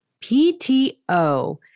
PTO